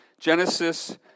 Genesis